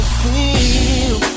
feel